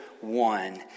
one